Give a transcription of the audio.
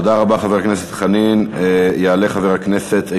תודה רבה, חבר הכנסת חנין.